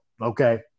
Okay